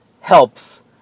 helps